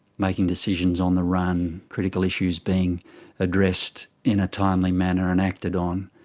making decisions on the run, critical issues being addressed in a timely manner and acted on.